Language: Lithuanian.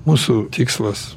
mūsų tikslas